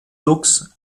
luchs